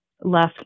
left